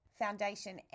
foundation